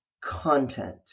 content